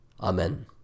Amen